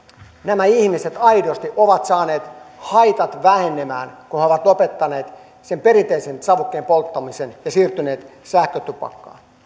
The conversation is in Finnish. nämä ihmiset aidosti ovat saaneet haitat vähenemään kun he ovat lopettaneet sen perinteisen savukkeen polttamisen ja siirtyneet sähkötupakkaan